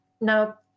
Now